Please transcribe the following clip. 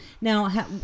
Now